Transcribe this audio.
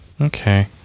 Okay